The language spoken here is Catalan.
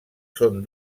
són